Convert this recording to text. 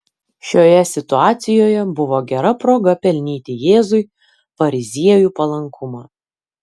šioje situacijoje buvo gera proga pelnyti jėzui fariziejų palankumą